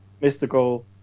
mystical